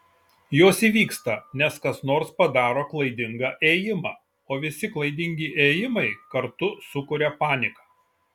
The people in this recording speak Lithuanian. jos įvyksta nes kas nors padaro klaidingą ėjimą o visi klaidingi ėjimai kartu sukuria paniką